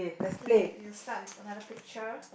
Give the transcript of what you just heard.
okay we'll start with another picture